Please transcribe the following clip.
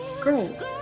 girls